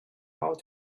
how